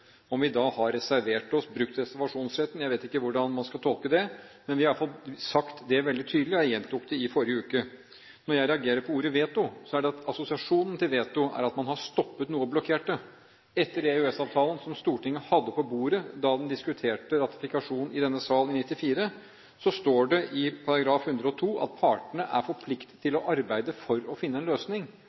om vi da har reservert oss, brukt reservasjonsretten, jeg vet ikke hvordan man skal tolke det, men vi har i hvert fall sagt det veldig tydelig, og jeg gjentok det i forrige uke. Når jeg reagerer på ordet «veto», er det fordi assosiasjonen til «veto» er at man har stoppet noe og blokkert det. I EØS-avtalen, som Stortinget hadde på bordet da det diskuterte ratifikasjon i denne salen i 1994, står det i artikkel 102 at partene er forpliktet til å arbeide for å finne en løsning,